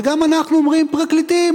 וגם אנחנו אומרים: פרקליטים,